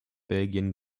belgien